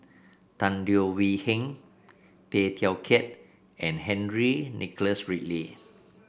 Tan Leo Wee Hin Tay Teow Kiat and Henry Nicholas Ridley